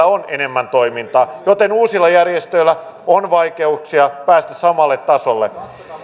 on enemmän toimintaa niin uusilla järjestöillä on vaikeuksia päästä samalle tasolle